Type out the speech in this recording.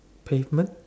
pavement